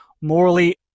morally